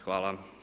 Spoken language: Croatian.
Hvala.